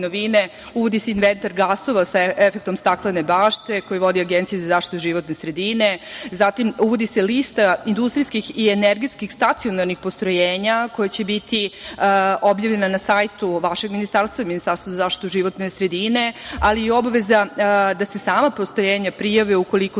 novine, uvodi se inventar gasova sa efektom „staklene bašte“ koju vodi Agencija za zaštitu životne sredine, zatim uvodi se lista industrijskih i energetskih stacionarnih postrojenja koja će biti objavljena na sajtu vašeg Ministarstva i Ministarstva za zaštitu životne sredine, ali je i obaveza da se sama postrojenja prijave ukoliko